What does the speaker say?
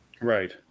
Right